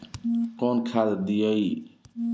कौन खाद दियई?